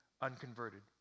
unconverted